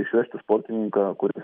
išvežti sportininką kuris